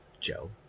Joe